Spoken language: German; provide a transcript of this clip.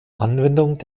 anwendung